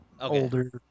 older